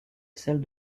celle